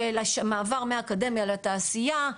שהמעבר בין האקדמיה לתעשייה,